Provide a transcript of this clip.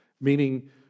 Meaning